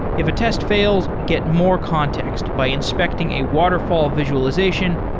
if a test fails, get more context by inspecting a waterfall of visualization,